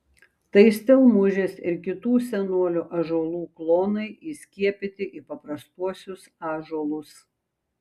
tai stelmužės ir kitų senolių ąžuolų klonai įskiepyti į paprastuosius ąžuolus